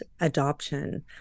adoption